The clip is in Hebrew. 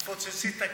את תפוצצי את הקיר.